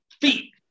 feet